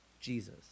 Jesus